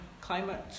climate